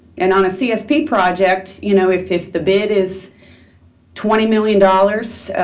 and on a csp project, you know, if if the bid is twenty million dollars,